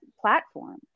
platform